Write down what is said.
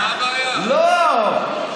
לא,